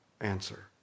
answer